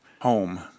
home